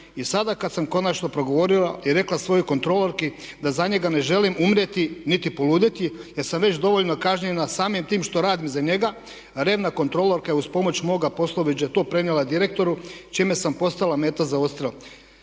I sada kad sam konačno progovorila i rekla svojoj kontrolorki da za njega ne želim umrijeti niti poludjeti jer sam već dovoljno kažnjena samim tim što radim za njega, revna kontrolorka je uz pomoć moga poslovođe to prenijela direktoru čime sam postala meta za odstrjel.